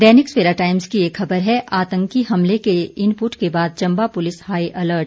दैनिक Savera Times की एक खबर है आतंकी हमले के इनपुट के बाद चंबा पुलिस हाईअलर्ट